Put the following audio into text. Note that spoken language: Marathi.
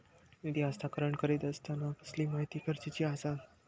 निधी हस्तांतरण करीत आसताना कसली माहिती गरजेची आसा?